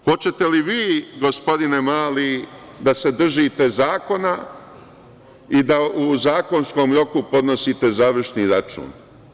Hoćete li vi, gospodine Mali, da se držite zakona i da u zakonskom roku podnosite završni račun?